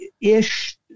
ish